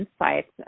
insights